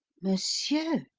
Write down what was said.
monsieur